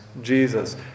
Jesus